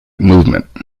movement